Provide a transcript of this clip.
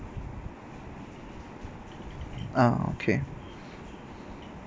ah okay